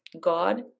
God